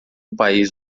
país